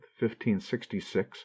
1566